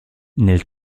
nel